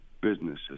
businesses